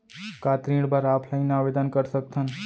का ऋण बर ऑफलाइन आवेदन कर सकथन?